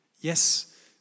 Yes